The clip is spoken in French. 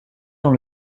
dans